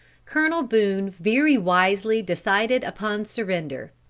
colonel boone very wisely decided upon surrender.